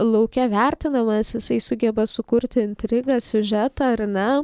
lauke vertinamas jisai sugeba sukurti intrigą siužetą ar ne